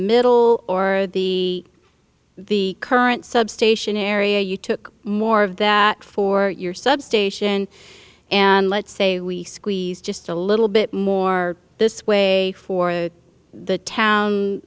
middle or the the current substation area you took more of that for your substation and let's say we squeeze just a little bit more this way for the town